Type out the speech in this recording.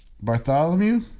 Bartholomew